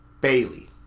Bailey